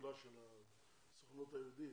השדולה של הסוכנות היהודית,